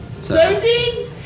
Seventeen